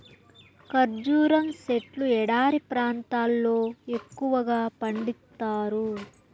ఖర్జూరం సెట్లు ఎడారి ప్రాంతాల్లో ఎక్కువగా పండిత్తారు